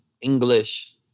English